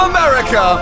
America